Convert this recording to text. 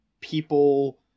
people